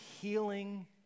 healing